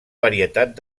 varietat